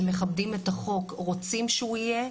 שמכבדים את החוק, רוצים שהוא יהיה,